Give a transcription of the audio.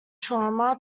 trauma